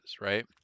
right